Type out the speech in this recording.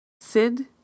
Sid